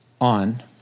on